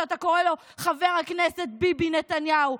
שאתה קורא לו "חבר הכנסת ביבי נתניהו".